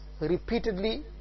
repeatedly